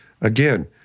again